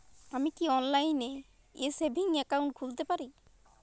আমি কি অনলাইন এ সেভিংস অ্যাকাউন্ট খুলতে পারি?